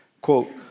Quote